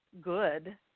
good